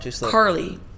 Carly